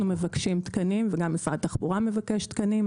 אנחנו מבקשים תקנים וגם משרד התחבורה מבקש תקנים.